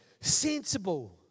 sensible